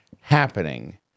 happening